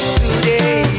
today